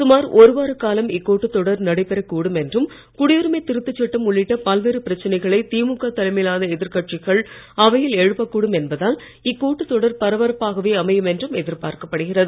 சுமார் ஒரு வார காலம் இக்கூட்டத் தொடர் நடைபெறக் கூடும் என்றும் குடியுரிமை திருத்தச் சட்டம் உள்ளிட்ட பல்வேறு பிரச்னைகளை திமுக தலைமையிலான எதிர்க்கட்சிகள் அவையில் எழுப்பக் கூடும் என்பதால் இக்கூட்டத் தொடர் பரபரப்பாகவே அமையும் என்றும் எதிர்பார்க்கப்படுகிறது